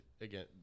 again